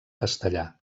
castellà